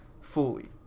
fully